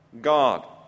God